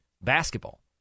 basketball